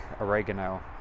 oregano